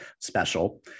special